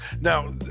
now